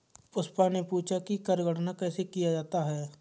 पुष्पा ने पूछा कि कर गणना कैसे किया जाता है?